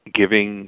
giving